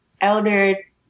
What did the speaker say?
elder